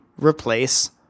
replace